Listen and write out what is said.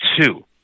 two